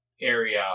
area